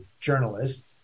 journalist